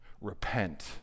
Repent